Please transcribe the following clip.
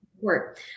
court